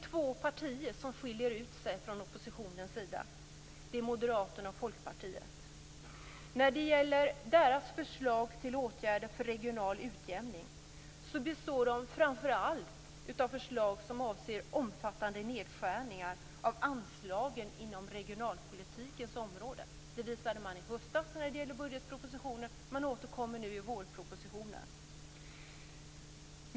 Två partier skiljer ut sig på oppositionens sida, nämligen Moderaterna och Folkpartiet. Deras förslag till åtgärder för regional utjämning innebär omfattande nedskärningar av anslagen inom regionalpolitikens område. Det visade man i höstas när det gäller budgetpropositionen, och man återkommer nu i samband med vårpropositionen.